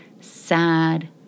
sad